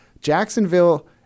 Jacksonville